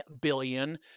billion